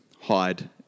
Hide